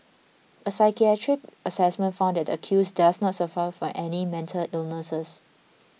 a psychiatric assessment found that the accused does not suffer from any mental illness